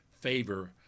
favor